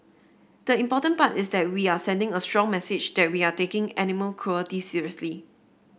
the important part is that we are sending a strong message that we are taking animal cruelty seriously